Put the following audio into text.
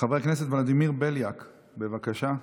חבר הכנסת ולדימיר בליאק, בבקשה.